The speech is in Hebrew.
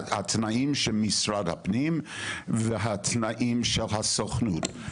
התנאים של משרד הפנים והתנאים של הסוכנות.